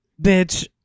bitch